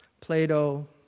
Plato